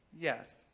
Yes